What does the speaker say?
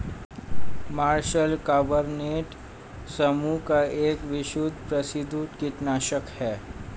martial carbonate समूह का एक विश्व प्रसिद्ध कीटनाशक है